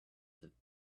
spirits